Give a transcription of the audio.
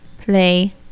play